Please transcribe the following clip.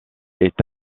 est